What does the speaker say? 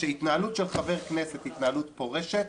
שהתנהלות של חבר הכנסת היא התנהלות פורשת,